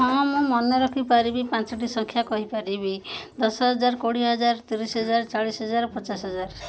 ହଁ ମୁଁ ମନେ ରଖିପାରିବି ପାଞ୍ଚଟି ସଂଖ୍ୟା କହିପାରିବି ଦଶ ହଜାର କୋଡ଼ିଏ ହଜାର ତିରିଶି ହଜାର ଚାଳିଶି ହଜାର ପଚାଶ ହଜାର